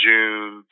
June